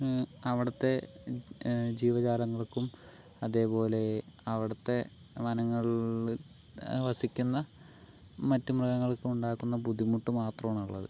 അവിടത്തെ ജീവജാലങ്ങൾക്കും അതേപോലെ അവിടുത്തെ വനങ്ങളിൽ വസിക്കുന്ന മറ്റു മൃഗങ്ങൾക്കും ഉണ്ടാക്കുന്ന ബുദ്ധിമുട്ട് മാത്രമാണുള്ളത് അതും